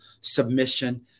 submission